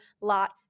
lot